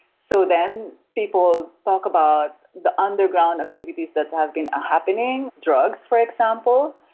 so then people talk about the underground activities that have been happening, drugs for example,